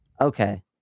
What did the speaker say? Okay